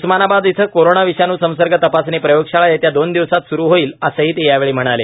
उस्मानाबाद इथं कोरोना विषाणू संसर्ग तपासणी प्रयोगशाळा येत्या दोन दिवसात सुरु होईल असंही ते यावेळी म्हणाले